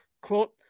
quote